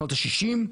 שנות ה- 60,